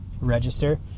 register